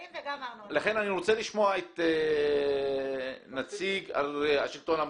לכן אני רוצה לשמוע את נציג השלטון המקומי,